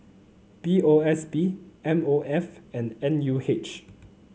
B O S B M O F and N U H